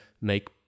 make